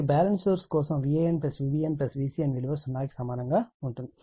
కాబట్టి balance source కోసం Van Vbn Vcn విలువ 0 కి సమానంగా ఉండాలి